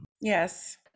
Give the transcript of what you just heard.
Yes